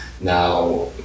now